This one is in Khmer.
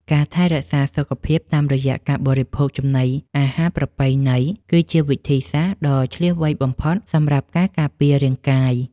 ការថែរក្សាសុខភាពតាមរយៈការបរិភោគចំណីអាហារប្រពៃណីគឺជាវិធីសាស្ត្រដ៏ឈ្លាសវៃបំផុតសម្រាប់ការការពាររាងកាយ។